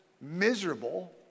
miserable